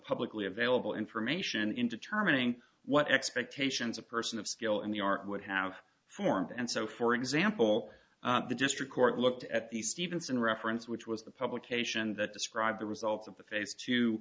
publicly available information in determining what expectations a person of skill in the art would have formed and so for example the district court looked at the stevenson reference which was the publication that described the results of the phase t